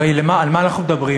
הרי על מה אנחנו מדברים?